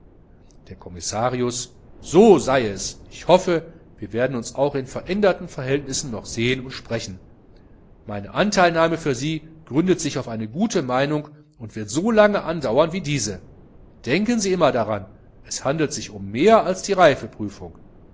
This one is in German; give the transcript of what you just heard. der kommissarius so sei es ich hoffe wir werden uns auch in veränderten verhältnissen noch sehen und sprechen meine anteilnahme für sie gründet sich auf eine gute meinung und wird so lange andauern wie diese denken sie immer daran es handelt sich um mehr als die